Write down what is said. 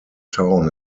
town